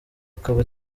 akaba